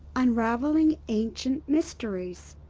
unraveling ancient mysteries.